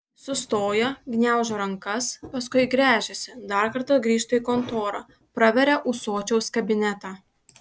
sustoja gniaužo rankas paskui gręžiasi dar kartą grįžta į kontorą praveria ūsočiaus kabinetą